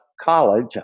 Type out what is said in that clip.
college